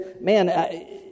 man